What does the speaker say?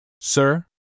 Sir